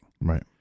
Right